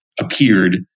appeared